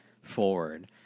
Forward